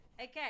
Okay